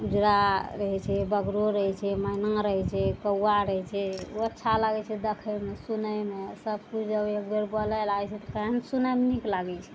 उजरा रहय छै बगरो रहय छै मैना रहय छै कौआ रहय छै ओ अच्छा लागय छै देखयमे सुनयमे सबकिछु जब एक बेर बोले लागय छै तऽ केहन सुनयमे नीक लागय छै